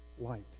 light